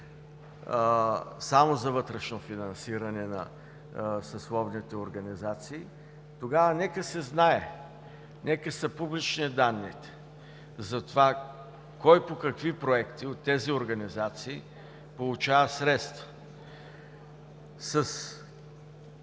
само за вътрешно финансиране на съсловните организации, тогава нека се знае, нека са публични данните за това кой, по какви проекти от тези организации, получава средства, с